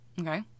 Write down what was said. Okay